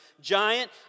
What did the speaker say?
Giant